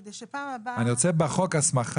כדי שפעם הבאה --- אני רוצה בחוק הסמכה,